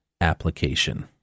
application